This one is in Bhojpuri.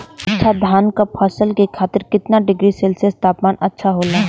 अच्छा धान क फसल के खातीर कितना डिग्री सेल्सीयस तापमान अच्छा होला?